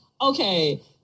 Okay